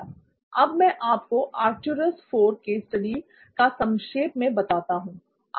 अब मैं आपको आर्कटूरूस IV केस स्टडी का संक्षेप में बताता हूं